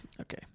Okay